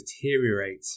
deteriorate